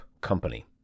Company